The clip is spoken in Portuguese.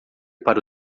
para